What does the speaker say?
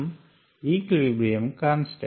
m equilibrium constant